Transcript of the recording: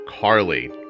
Carly